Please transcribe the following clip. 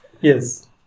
Yes